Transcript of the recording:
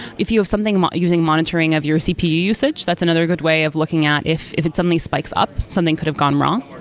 if you have something using monitoring of your cpu usage, that's another good way of looking at if if it suddenly spikes up, something could have gone wrong.